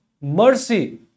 mercy